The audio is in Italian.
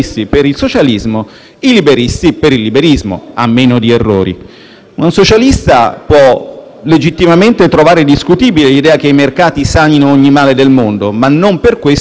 legittimamente trovare discutibile l'idea che i mercati sanino ogni male del mondo, ma non per questo vorrà considerarla disinformazione: la considererà o una sciocchezza o propaganda.